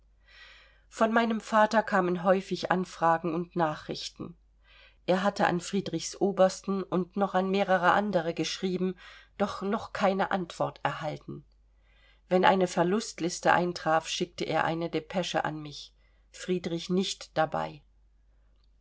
von meinem vater kamen häufig anfragen und nachrichten er hatte an friedrichs obersten und noch an mehrere andere geschrieben doch noch keine antwort erhalten wenn eine verlustliste eintraf schickte er eine depesche an mich friedrich nicht dabei